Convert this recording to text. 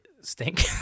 stink